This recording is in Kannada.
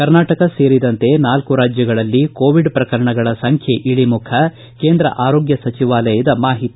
ಕರ್ನಾಟಕ ಸೇರಿದಂತೆ ನಾಲ್ಲು ರಾಜ್ಯಗಳಲ್ಲಿ ಕೋವಿಡ್ ಪ್ರಕರಣಗಳ ಸಂಖ್ಯೆ ಇಳಿಮುಖ ಕೇಂದ್ರ ಆರೋಗ್ಯ ಸಚಿವಾಲಯದ ಮಾಹಿತಿ